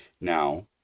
Now